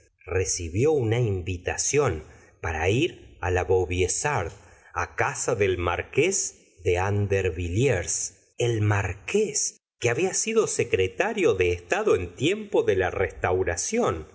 recibió una invitación para ir la vaubyessard casa del marqués de andervilliers el marques que había sido secretario de estado en tiempo de la restauración